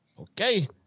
Okay